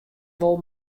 wol